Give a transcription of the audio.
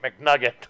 McNugget